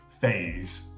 phase